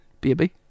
Baby